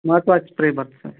smart watch free ಬರುತ್ತೆ sir